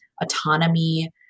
autonomy